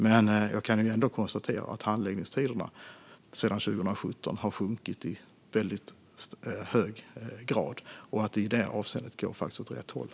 Men jag kan ändå konstatera att handläggningstiderna sedan 2017 har sjunkit i väldigt hög grad och att det i det avseendet faktiskt går åt rätt håll.